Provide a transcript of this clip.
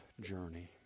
journey